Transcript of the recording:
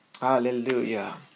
Hallelujah